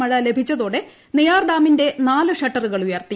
മഴ ലഭിച്ചതോടെ നെയ്യാർഡാമിന്റെ നാല് ഷട്ടറുകൾ ഉയർത്തി